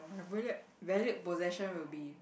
valued valued possession will be